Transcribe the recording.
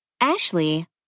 Ashley